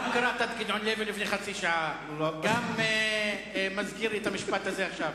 גם קראת את גדעון לוי לפני חצי שעה וגם מזכיר לי את המשפט הזה עכשיו.